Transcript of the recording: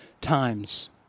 times